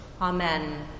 Amen